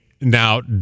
now